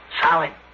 Solid